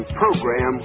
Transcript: program